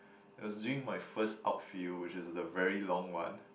it was during my first outfield which is the very long one